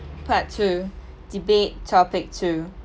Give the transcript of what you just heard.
part two debate topic two